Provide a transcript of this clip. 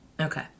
Okay